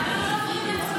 על הבסיס הזה ישנה